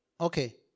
Okay